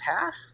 half